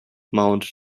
mount